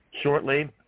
shortly